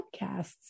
podcasts